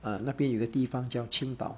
uh 那边有个地方叫青岛